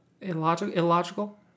illogical